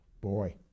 Boy